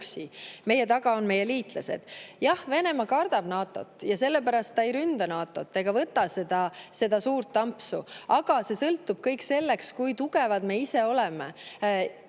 meie taga on meie liitlased. Jah, Venemaa kardab NATO‑t ja sellepärast ta ei ründa NATO‑t ega võta seda suurt ampsu. Aga see sõltub kõik sellest, kui tugevad me ise oleme.